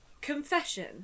confession